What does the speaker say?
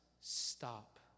stop